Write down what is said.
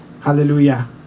Hallelujah